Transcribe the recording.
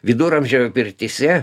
viduramžių pirtyse